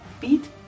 beat